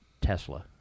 Tesla